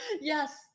Yes